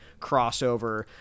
crossover